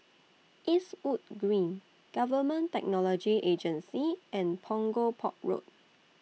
Eastwood Green Government Technology Agency and Punggol Port Road